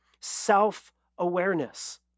self-awareness